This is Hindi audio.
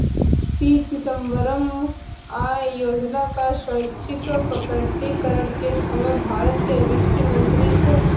पी चिदंबरम आय योजना का स्वैच्छिक प्रकटीकरण के समय भारत के वित्त मंत्री थे